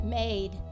made